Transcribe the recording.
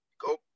Go